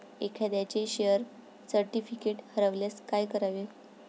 एखाद्याचे share certificate हरवल्यास काय करावे?